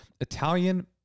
Italian